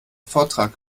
vortrag